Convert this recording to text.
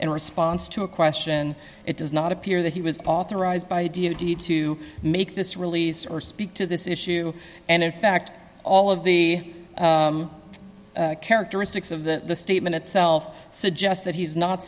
in response to a question it does not appear that he was authorized by deity to make this release or speak to this issue and in fact all of the characteristics of the statement itself suggest that he's not